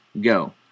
go